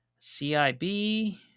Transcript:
CIB